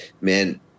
man